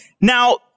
Now